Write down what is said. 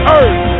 earth